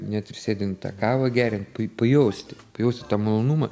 net ir sėdint tą kavą geriant pa pajausti jausti tą malonumą